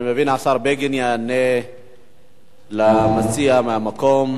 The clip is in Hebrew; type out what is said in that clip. אני מבין שהשר בגין יענה למציע מהמקום.